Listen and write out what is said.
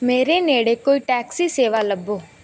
ਮੇਰੇ ਨੇੜੇ ਕੋਈ ਟੈਕਸੀ ਸੇਵਾ ਲੱਭੋ